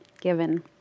given